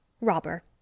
robber